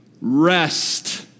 rest